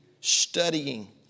studying